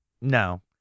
No